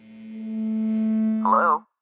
Hello